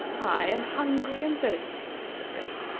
i am hungry and thirsty, said the prince,